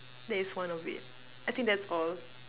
that is one of it I think that's all